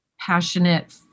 passionate